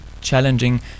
challenging